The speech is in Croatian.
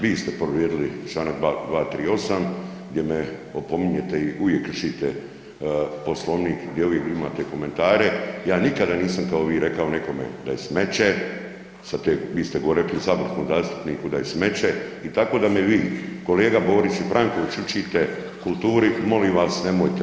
Vi ste povrijedili čl. 238 jer me opominjete i uvijek kršite Poslovnik di uvijek vi imate komentare, ja nikada nisam kao vi rekao nekome da je smeće, sa te, vi ste rekli saborskom zastupniku da je smeće i tako da me vi, kolega Borić i Franković učite kulturi, molim vas, nemojte.